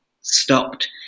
stopped